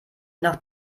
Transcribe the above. nach